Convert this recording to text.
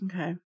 Okay